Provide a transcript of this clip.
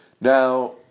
Now